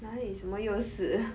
哪里什么又是